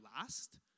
last